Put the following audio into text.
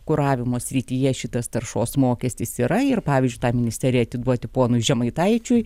kuravimo srityje šitas taršos mokestis yra ir pavyzdžiui tą ministeriją atiduoti ponui žemaitaičiui